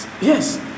Yes